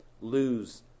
lose